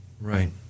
right